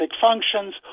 functions